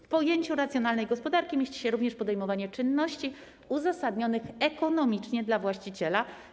W pojęciu racjonalnej gospodarki mieści się również podejmowanie czynności uzasadnionych ekonomicznie dla właściciela.